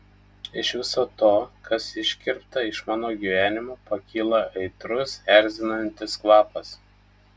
iš viso to kas iškirpta iš mano gyvenimo pakyla aitrus erzinantis kvapas